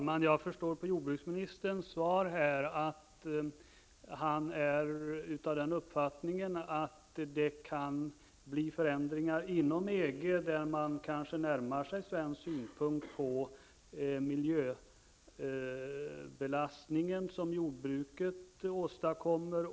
Fru talman! Av jordbruksministerns svar här drar jag slutsatsen att han är av den uppfattningen att det kan bli förändringar inom EG och att man därmed kanske närmar sig den svenska synpunkten beträffande den miljöbelastning som jordbruket åstadkommer.